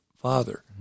father